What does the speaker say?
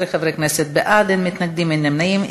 11 חברי כנסת בעד, אין מתנגדים, אין נמנעים.